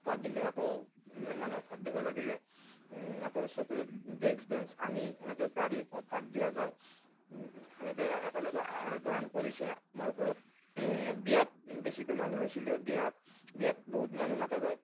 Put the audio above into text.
ভাত দিলে আকৌ ইমান মানুহক ভাত দিব লাগিলে আকৌ চকী ডেক্স বেঞ্চ আনি এনেকৈ পাৰি ভাত দিয়া যায় সেনেকৈ একলগে আহাৰ গ্ৰহণ কৰিছে আমাৰ ঘৰত বিয়াত বেছিকৈ মানুহ হৈছিলে বিয়াত বিয়াত বহুত মানুহ মতা যায়